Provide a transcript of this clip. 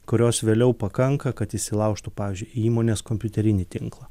kurios vėliau pakanka kad įsilaužtų pavyzdžiui įmonės kompiuterinį tinklą